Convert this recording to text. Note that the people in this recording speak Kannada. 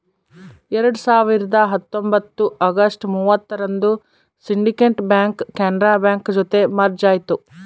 ಎರಡ್ ಸಾವಿರದ ಹತ್ತೊಂಬತ್ತು ಅಗಸ್ಟ್ ಮೂವತ್ತರಂದು ಸಿಂಡಿಕೇಟ್ ಬ್ಯಾಂಕ್ ಕೆನರಾ ಬ್ಯಾಂಕ್ ಜೊತೆ ಮರ್ಜ್ ಆಯ್ತು